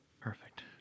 Perfect